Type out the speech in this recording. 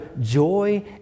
joy